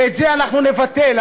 ואת זה אנחנו נבטל,